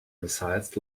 missiles